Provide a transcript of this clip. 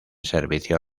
servicio